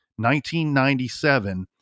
1997